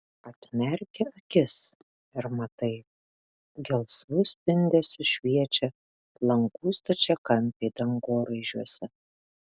atmerki akis ir matai gelsvu spindesiu šviečia langų stačiakampiai dangoraižiuose